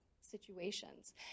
situations